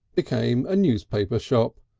became a newspaper shop,